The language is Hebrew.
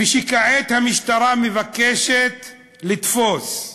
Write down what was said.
ושכעת המשטרה מבקשת לתפוס,